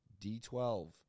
D12